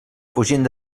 fugint